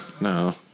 No